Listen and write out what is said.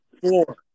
Four